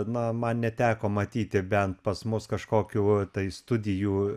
na man neteko matyti bent pas mus kažkokių tai studijų